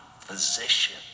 physician